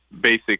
basic